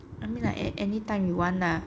I mean like at anytime you want lah